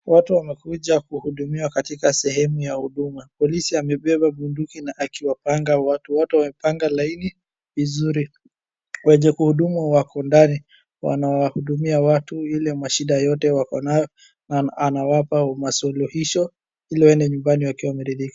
Watu wamekuja kuhudumiwa katika sehemu ya huduma. Polisi amebeba bunduki na akiwapanga watu wote wamepanga laini vizuri. Wenye kuhudumu wako ndani wanawahudumia watu ile mashida yote wako nayo na anawapa masuluhisho ili waende nyumbani wakiwa wameridhika.